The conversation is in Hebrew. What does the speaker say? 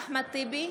אחמד טיבי,